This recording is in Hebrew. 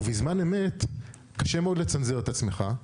ובזמן אמת קשה מאוד לצנזר את עצמך,